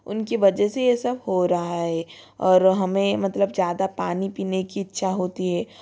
उनकी वजह से ये सब हो रहा है और हमें मतलब ज़्यादा पानी पीने की इच्छा होती है